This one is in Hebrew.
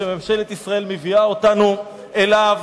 שממשלת ישראל מביאה אותנו אליה,